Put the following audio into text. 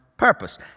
purpose